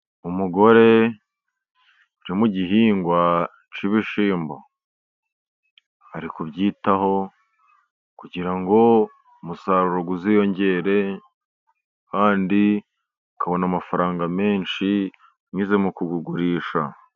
Umugore uri mu gihingwa cy'ibishyimbo, ari kubyitaho kugira ngo umusaruro uziyongere, kandi akabona amafaranga menshi, binyuze mu kuwugurisha.